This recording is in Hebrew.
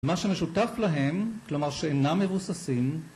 מה שמשותף להם, כלומר שאינם מבוססים,